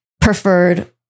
preferred